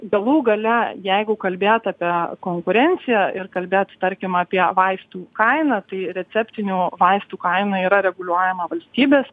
galų gale jeigu kalbėt apie konkurenciją ir kalbėti tarkim apie vaistų kainą tai receptinių vaistų kaina yra reguliuojama valstybės